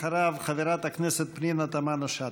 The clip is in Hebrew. אחריו, חברת הכנסת פנינה תמנו-שטה.